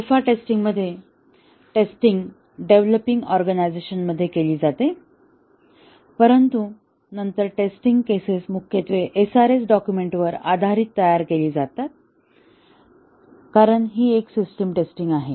alpha testing मध्ये testing developing organisation मध्ये केली जाते परंतु नंतर टेस्टिंग केसेस मुख्यत्वे SRS डॉक्युमेंट वर आधारित तयार केली जातात कारण ही एक सिस्टिम टेस्टिंग आहे